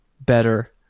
better